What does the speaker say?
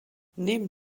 neben